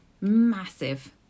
massive